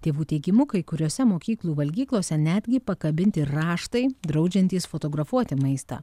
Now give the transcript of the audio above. tėvų teigimu kai kuriose mokyklų valgyklose netgi pakabinti raštai draudžiantys fotografuoti maistą